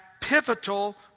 pivotal